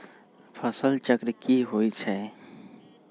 फसल चक्र की होई छै?